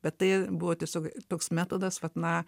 bet tai buvo tiesiog toks metodas vat na